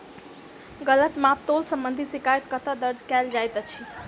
गलत माप तोल संबंधी शिकायत कतह दर्ज कैल जाइत अछि?